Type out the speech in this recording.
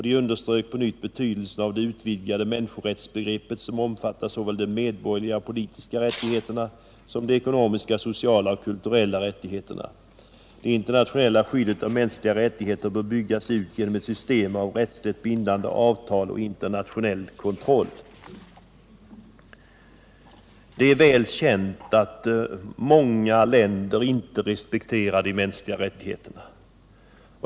De underströk på nytt betydelsen av det utvidgade människorättsbegreppet som omfattar såväl de medborgerliga och politiska rättigheterna som de ekonomiska, sociala och kulturella rättigheterna. Det internationella skyddet av de mänskliga rättigheterna bör byggas ut genom ett system av rättsligt bindande avtal och internationell kontroll.” Det är väl känt att många länder inte respekterar de mänskliga rättigheterna.